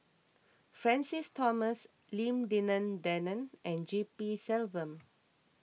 Francis Thomas Lim Denan Denon and G P Selvam